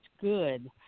good